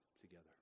together